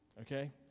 Okay